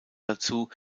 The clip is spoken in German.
dazu